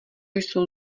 jsou